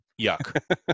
Yuck